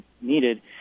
needed